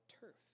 turf